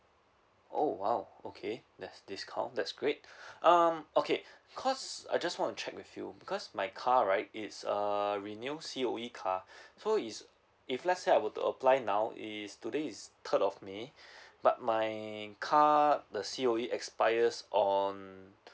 oh !wow! okay that's discount that's great um okay cause I just want to check with you because my car right it's uh renew C_O_E car so is if let's say I were to apply now is today is third of may but my car the C_O_E expires on